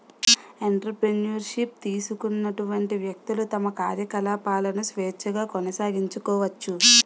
entrepreneur ship తీసుకున్నటువంటి వ్యక్తులు తమ కార్యకలాపాలను స్వేచ్ఛగా కొనసాగించుకోవచ్చు